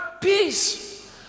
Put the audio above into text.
peace